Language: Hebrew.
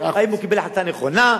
האם הוא קיבל החלטה נכונה,